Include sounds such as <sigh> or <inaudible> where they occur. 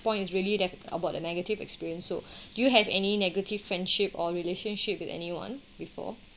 point is really that about the negative experience so <breath> do you have any negative friendship or relationship with anyone before